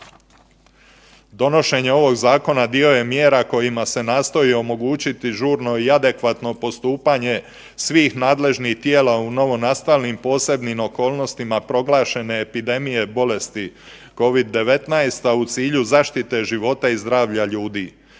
Donošenje ovog zakona dio je mjera kojima se nastoji omogućiti žurno i adekvatno postupanje svih nadležnih tijela u novonastalim posebnim okolnostima proglašene epidemije bolesti Covid-19, a u cilju zaštite života i zdravlja ljudi.